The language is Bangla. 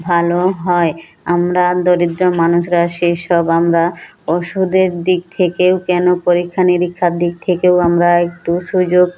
ভালো হয় আমরা দরিদ্র মানুষরা সেই সব আমরা ওষুধের দিক থেকেও কেন পরীক্ষা নিরীক্ষার দিক থেকেও আমরা একটু সুযোগ